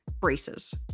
braces